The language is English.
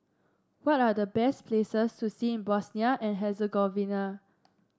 what are the best places to see in Bosnia and Herzegovina